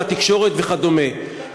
התקשורת וכדומה.